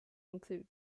include